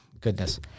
Goodness